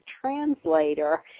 translator